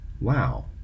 wow